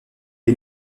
est